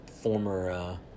former